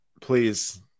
Please